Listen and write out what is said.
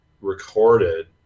recorded